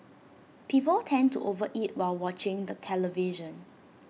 people tend to over eat while watching the television